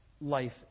life